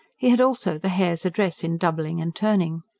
he had also the hare's address in doubling and turning.